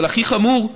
אבל הכי חמור,